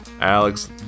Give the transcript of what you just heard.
Alex